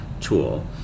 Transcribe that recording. Tool